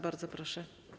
Bardzo proszę.